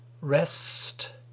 rest